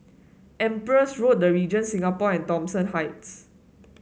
Empress Road The Regent Singapore and Thomson Heights